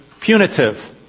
punitive